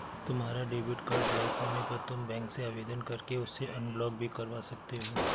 तुम्हारा debit card block होने पर तुम बैंक से आवेदन करके उसे अनब्लॉक भी करवा सकते हो